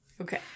okay